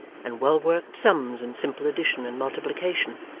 and well-worked sums in simple addition and multiplication,